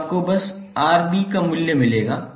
तो आपको बस Rb का मूल्य मिलेगा